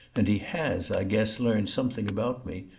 and he has, i guess, learnt something about me,